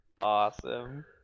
awesome